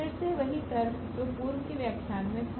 फिर से वही तर्क जो पूर्व के व्याख्यान में था